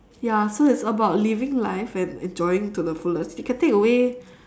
ya so it's about living life and enjoying to the fullest you can take away